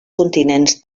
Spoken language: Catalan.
continents